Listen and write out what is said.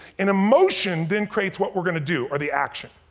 an emotion then creates what we're gonna do, or the action.